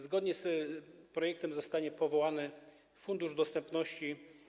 Zgodnie z projektem zostanie powołany Fundusz Dostępności.